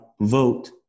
vote